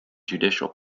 judicial